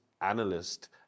analyst